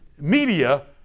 Media